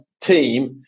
team